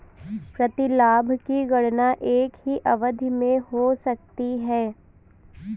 प्रतिलाभ की गणना एक ही अवधि में हो सकती है